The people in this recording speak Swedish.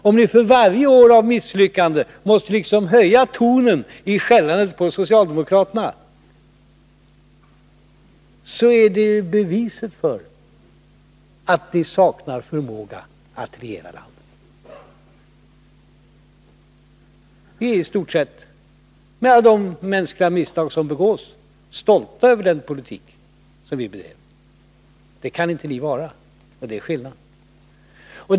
Om ni för varje år av misslyckande måste höja tonen i skällandet på socialdemokraterna så är det beviset för att ni saknar förmåga att regera landet. Vi är i stort sett — med alla de mänskliga misstag som begås — stolta över den politik som vi bedrev. Det kan inte ni vara, och det är skillnaden.